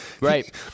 Right